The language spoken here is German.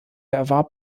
erwarb